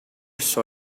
saw